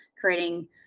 creating